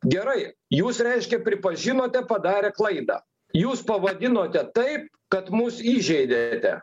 gerai jūs reiškia pripažinote padarę klaidą jūs pavadinote taip kad mus įžeidėte